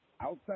outside